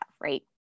right